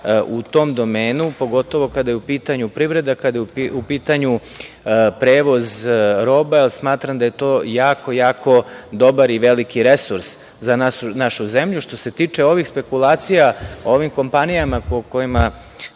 u tom domenu, pogotovo kada je u pitanju privreda, kada je u pitanju prevoz roba, jer smatram da je to jako, jako dobar i veliki resurs za našu zemlju. Što se tiče ovih spekulacija o ovim kompanijama o kojima